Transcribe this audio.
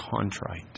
contrite